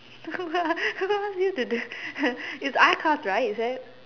new to this it's R class right as it